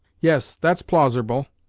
yes, that's plauserble,